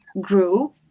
grew